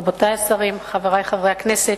רבותי השרים, חברי חברי הכנסת,